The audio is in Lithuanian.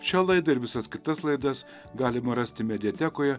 šią laidą ir visas kitas laidas galima rasti mediatekoje